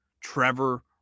Trevor